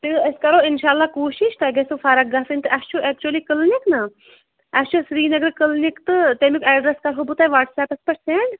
تہٕ أسۍ کَرو اِنشاء اللہ کوٗشِش تۄہہِ گژھِوُ فرق گژھٕنۍ تہٕ اَسہِ چھُ اٮ۪کچُلی کٕلنِک نا اَسہِ چھُ سرینگر کٕلنِک تہٕ تمیُک اٮ۪ڈرَس کرٕہو بہٕ تۄہہِ وَٹسیپَس پٮ۪ٹھ سٮ۪نٛڈ